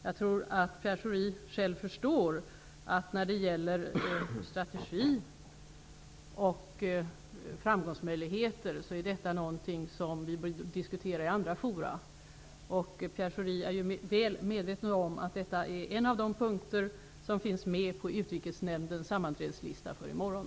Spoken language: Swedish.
Jag tror att Pierre Schori själv förstår att strategi och framgångsmöjligheter är någonting som vi bör diskutera i andra forum. Pierre Schori är väl medveten om att detta är en av de punkter som finns med på utrikesnämndens sammanträdeslista för i morgon.